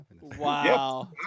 Wow